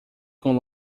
com